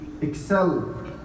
excel